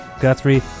Guthrie